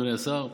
אדוני השר,